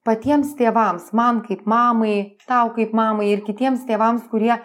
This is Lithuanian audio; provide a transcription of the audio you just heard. patiems tėvams man kaip mamai tau kaip mamai ir kitiems tėvams kurie